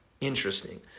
Interesting